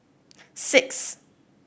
six